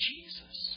Jesus